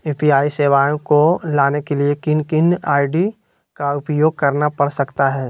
UPI सेवाएं को लाने के लिए किन किन आई.डी का उपयोग करना पड़ सकता है?